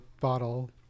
bottle